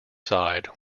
side